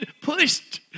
pushed